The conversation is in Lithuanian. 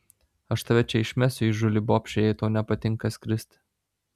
aš tave čia išmesiu įžūli bobše jei tau nepatinka skristi